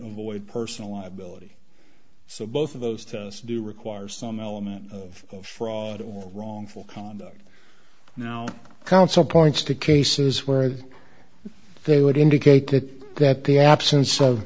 void personal liability so both of those tests do require some element of fraud or wrongful conduct now counsel points to cases where they would indicate that the absence of